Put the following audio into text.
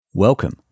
Welcome